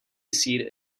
seat